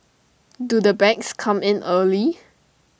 do the bags come in early